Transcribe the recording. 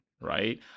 right